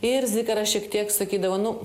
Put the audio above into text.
ir zikaras šiek tiek sakydavo nu